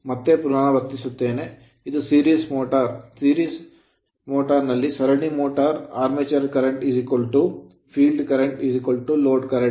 ಮತ್ತೆ ಪುನರಾವರ್ತಿಸುತ್ತೆನೆ ಇದು series motor ಸರಣಿ ಮೋಟರ್ ಸರಣಿ motor armature current armature current field current field current load current load current